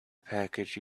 package